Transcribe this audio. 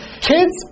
kids